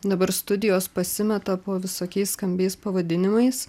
dabar studijos pasimeta po visokiais skambiais pavadinimais